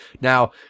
Now